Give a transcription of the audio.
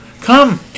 come